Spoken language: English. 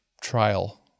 trial